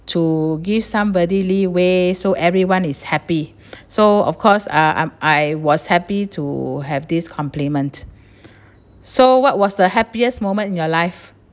to give somebody leeway so everyone is happy so of course uh I'm I was happy to have this compliment so what was the happiest moment in your life